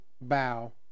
bow